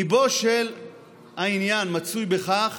ליבו של העניין מצוי בכך